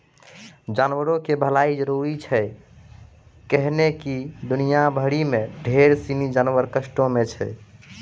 जानवरो के भलाइ जरुरी छै कैहने कि दुनिया भरि मे ढेरी सिनी जानवर कष्टो मे छै